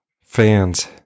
fans